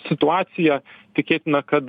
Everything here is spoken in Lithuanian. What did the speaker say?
situaciją tikėtina kad